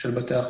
של בתי החולים.